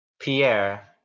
Pierre